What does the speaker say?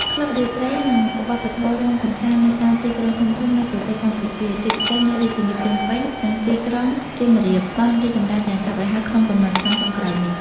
ក្លឹបរាត្រី និងវប្បធម៌រាំកម្សាននៅតាមទីក្រុងធំៗនៃប្រទេសកម្ពុជា ជាពិសេសនៅរាជធានីភ្នំពេញ និងទីក្រុងសៀមរាប បានរីកចម្រើនយ៉ាងឆាប់រហ័សក្នុងប៉ុន្មានឆ្នាំចុងក្រោយនេះ។